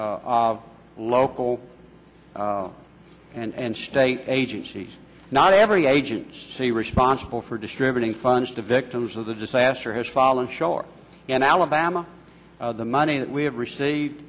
local and state agencies not every agency responsible for distributing funds to victims of the disaster has fallen short in alabama the money that we have received